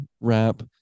Wrap